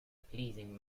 pleasing